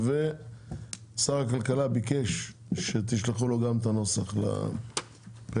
ושר הכלכלה ביקש שתשלחו לו גם את הנוסח לטלפון,